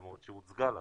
למרות שהיא הוצגה לנו.